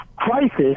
crisis